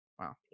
Wow